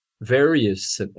various